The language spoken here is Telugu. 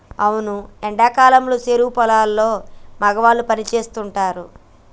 అవును ఎండా కాలంలో సెరుకు పొలాల్లో మగవాళ్ళు పని సేస్తుంటారు